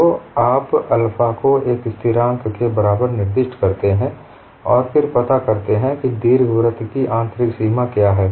तो आप अल्फा को एक स्थिरांक के बराबर निर्दिष्ट करते हैं और फिर पता करतें हैं कि दीर्घवृत्त की आंतरिक सीमा क्या है